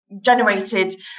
generated